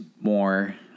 more